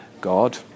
God